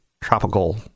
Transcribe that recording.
tropical